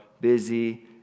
busy